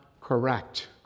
correct